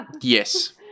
Yes